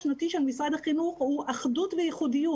רק אציין שהנושא השנתי של משרד החינוך הוא אחדות וייחודיות.